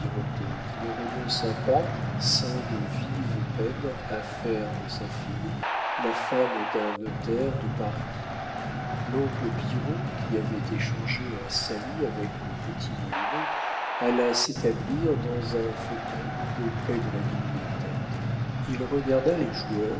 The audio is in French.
qui ne renonça pas sans de vives peines à faire de sa fille la femme d'un notaire de paris l'oncle pillerault qui avait échangé un salut avec le petit molineux alla s'établir dans un fauteuil auprès de la bibliothèque il regarda les joueurs